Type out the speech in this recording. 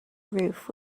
roof